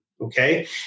okay